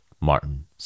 Martin